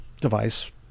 device